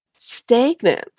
stagnant